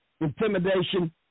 intimidation